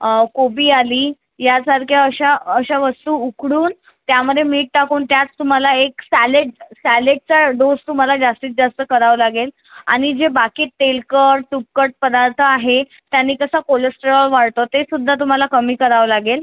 कोबी आली यासारख्या अशा अशा वस्तू उकडून त्यामध्ये मीठ टाकून त्यात तुम्हाला एक सॅलेट सॅलेटचा डोस तुम्हाला जास्तीतजास्त करावा लागेल आणि जे बाकी तेलकट तुपकट पदार्थ आहे त्याने कसं कोलेस्ट्रॉल वाळतं ते सुद्धा तुम्हाला कमी करावं लागेल